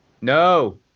no